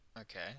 Okay